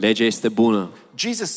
Jesus